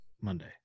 Monday